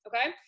okay